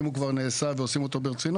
אם הוא כבר נעשה ועושים אותו ברצינות,